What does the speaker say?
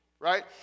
Right